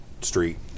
street